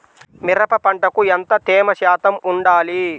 మిరప పంటకు ఎంత తేమ శాతం వుండాలి?